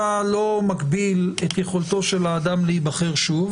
אתה לא מגביל את יכולתו של האדם להיבחר שוב,